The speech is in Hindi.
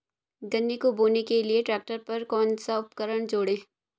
गन्ने को बोने के लिये ट्रैक्टर पर कौन सा उपकरण जोड़ें?